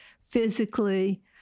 physically